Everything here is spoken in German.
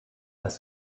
dass